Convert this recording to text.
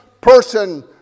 person